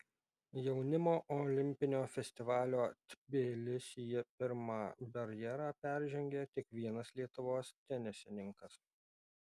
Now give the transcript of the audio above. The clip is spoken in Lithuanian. jaunimo olimpinio festivalio tbilisyje pirmą barjerą peržengė tik vienas lietuvos tenisininkas